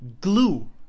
glue